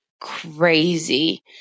crazy